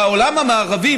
בעולם המערבי,